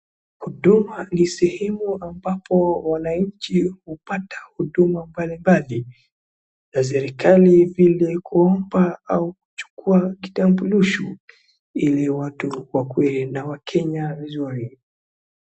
Huduma ni sehemu ambapo wananchi hupata huduma mbalimbali za serikali vile kumpa au kuchukua kitambulisho ili watu na wakue na wakenya vizuri.